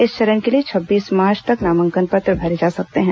इस चरण के लिए छब्बीस मार्च तक नामांकन पत्र भरे जा सकते हैं